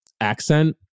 accent